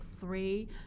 three